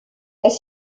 elle